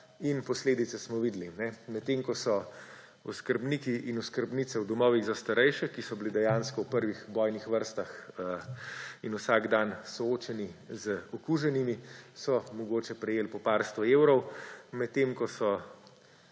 In posledice smo videli. Medtem ko so oskrbniki in oskrbnice v domovih za starejše, ki so bili dejansko v prvih bojnih vrstah in vsak dan soočeni z okuženimi, mogoče prejeli po par 100 evrov, medtem ko so